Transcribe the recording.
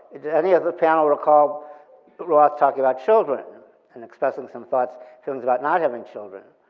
did any of the panel recall roth talking about children and expressing some thoughts feelings about not having children?